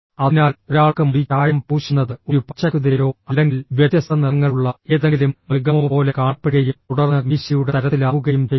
അതിനാൽ ഒരാൾക്ക് മുടി ചായം പൂശുന്നത് ഒരു പച്ചക്കുതിരയോ അല്ലെങ്കിൽ വ്യത്യസ്ത നിറങ്ങളുള്ള ഏതെങ്കിലും മൃഗമോ പോലെ കാണപ്പെടുകയും തുടർന്ന് മീശയുടെ തരത്തിലാവുകയും ചെയ്യും